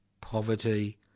poverty